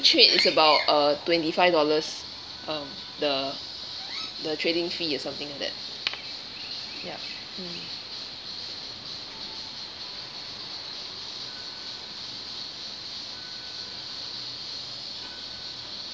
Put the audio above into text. trade is about uh twenty five dollars um the the trading fee or something like that ya